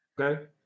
Okay